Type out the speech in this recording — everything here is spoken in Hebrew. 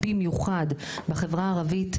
במיוחד בחברה הערבית,